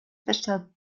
bester